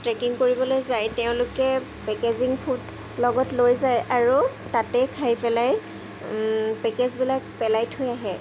trekking কৰিবলৈ যায় তেওঁলোকে পেকেজিং ফুড লগত লৈ যায় আৰু তাতে খাই পেলাই পেকেজবিলাক পেলাই থৈ আহে